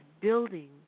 building